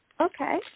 Okay